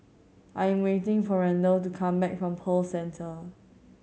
I'm waiting for Randall to come back from Pearl Centre